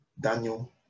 Daniel